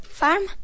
farm